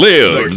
Live